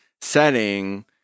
setting